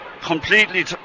completely